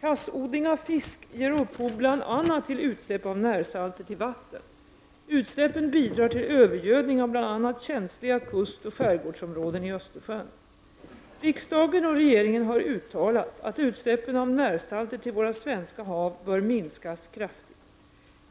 Kassodling av fisk ger upphov bl.a. till utsläpp av närsalter till vatten. Utsläppen bidrar till övergödning av t.ex. känsliga kustoch skärgårdsområden i Östersjön. Riksdagen och regeringen har uttalat att utsläppen av närsalter till våra svenska hav bör minskas kraftigt.